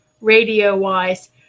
radio-wise